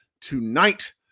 tonight